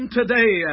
today